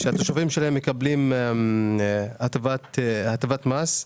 והתושבים שלהן מקבלים הטבת מס.